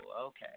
okay